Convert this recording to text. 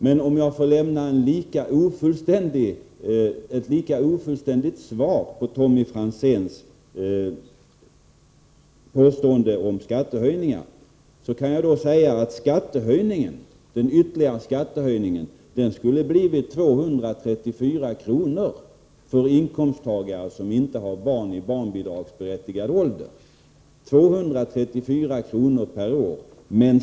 Men om jag får lämna en lika ofullständig redogörelse med anledning av Tommy Franzéns påstående om skattehöjningar, kan jag säga att den ytterligare skattehöjningen skulle ha blivit 234 kr. per år för inkomsttagare som inte har barn i barnbidragsberättigad ålder.